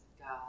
God